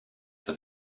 for